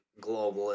globalist